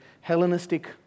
Hellenistic